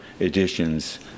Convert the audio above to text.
editions